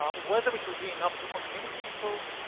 ah whether it will be enough to convince people,